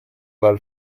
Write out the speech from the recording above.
dal